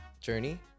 journey